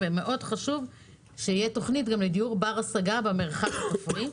מאוד חשוב שתהיה תוכנית לדיור בר השגה גם במרחב הכפרי.